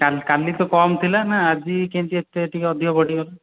କା କାଲି ତ କମ୍ ଥିଲା ନା ଆଜି କେମିତି ଏତେ ଟିକେ ଅଧିକ ବଢ଼ିଗଲା